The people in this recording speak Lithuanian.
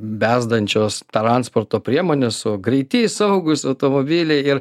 bezdančios transporto priemonės o greiti saugūs automobiliai ir